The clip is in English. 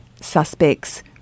suspects